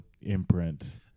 imprint